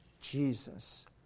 Jesus